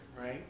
Right